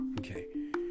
Okay